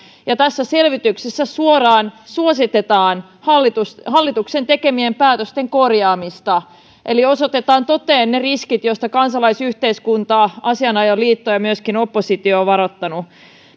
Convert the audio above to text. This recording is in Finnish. tässä selvityksessä suoraan suositetaan hallituksen tekemien päätösten korjaamista osoitetaan toteen ne riskit joista kansalaisyhteiskunta asianajajaliitto ja myöskin oppositio ovat varoittaneet eli ne